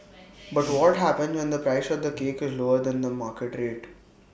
but what happens when the price of the cake is lower than the market rate